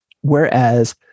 Whereas